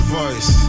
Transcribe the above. voice